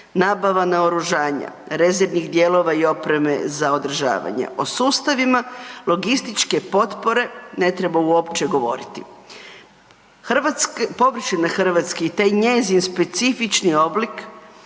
nabava naoružanja, rezervnih dijelova i opreme za održavanje, o sustavima logističke potpore ne treba uopće govoriti. Površina Hrvatske i taj njezin specifični oblik